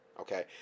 Okay